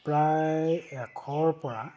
প্ৰায় এশৰপৰা